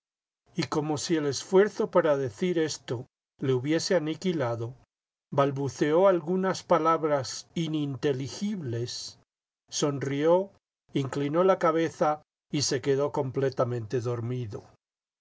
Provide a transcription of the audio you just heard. y como si el esfuerzo para decir esto le hubiese aniquilado balbuceó algunas palabras ininteligibles sonrió inclinó la cabeza y se quedó completamente dormido